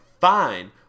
fine